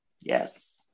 Yes